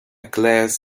class